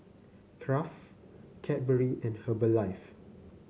Nkraft Cadbury and Herbalife